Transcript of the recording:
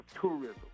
tourism